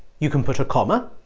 you can put a comma,